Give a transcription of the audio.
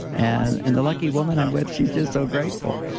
and and the lucky woman i'm with, she's just so grateful.